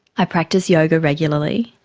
i practice yoga regularly,